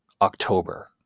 October